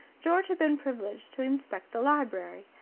george had been privileged to inspect the library.